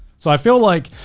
so i feel like,